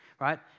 right